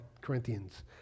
Corinthians